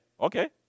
okay